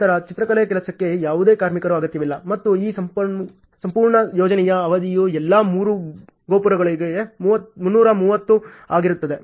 ನಂತರ ಚಿತ್ರಕಲೆ ಕೆಲಸಕ್ಕೆ ಯಾವುದೇ ಕಾರ್ಮಿಕರ ಅಗತ್ಯವಿಲ್ಲ ಮತ್ತು ಈ ಸಂಪೂರ್ಣ ಯೋಜನೆಯ ಅವಧಿಯು ಎಲ್ಲಾ ಮೂರು ಗೋಪುರಗಳಿಗೆ 330 ಆಗಿರುತ್ತದೆ